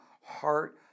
heart